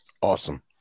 awesome